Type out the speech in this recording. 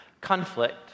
conflict